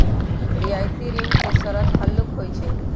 रियायती ऋण के शरत हल्लुक होइ छइ